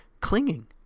clinging